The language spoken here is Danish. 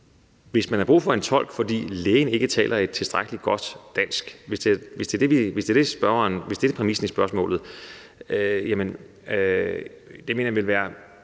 Hvis man har brug for en tolk, fordi lægen ikke taler et tilstrækkelig godt dansk – hvis det er det, der er præmissen i spørgsmålet – mener jeg, at det ville være